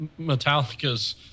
Metallica's